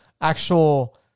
actual